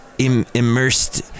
Immersed